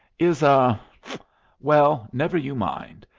is a well, never you mind,